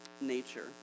nature